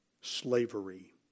slavery